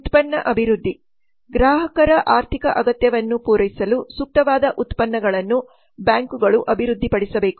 ಉತ್ಪನ್ನ ಅಭಿವೃದ್ಧಿ ಗ್ರಾಹಕರ ಆರ್ಥಿಕ ಅಗತ್ಯವನ್ನು ಪೂರೈಸಲು ಸೂಕ್ತವಾದ ಉತ್ಪನ್ನಗಳನ್ನು ಬ್ಯಾಂಕುಗಳು ಅಭಿವೃದ್ಧಿಪಡಿಸಬೇಕು